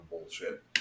Bullshit